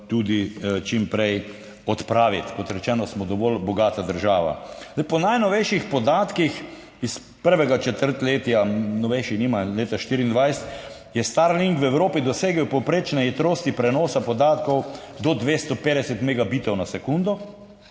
tudi čim prej odpraviti, kot rečeno, smo dovolj bogata država. Po najnovejših podatkih iz prvega četrtletja leta 2024, novejših nimajo, je Starlink v Evropi dosegel povprečne hitrosti prenosa podatkov do 250